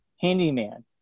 handyman